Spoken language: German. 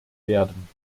werden